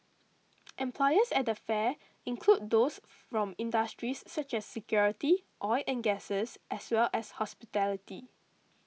employers at the fair include those from industries such as security oil and gases as well as hospitality